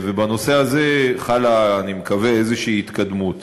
ובנושא הזה חלה, אני מקווה, איזושהי התקדמות.